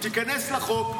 תיכנס לחוק,